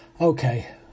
Okay